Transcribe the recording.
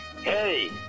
Hey